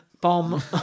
bomb